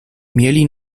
mieli